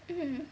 mm